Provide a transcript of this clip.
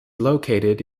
located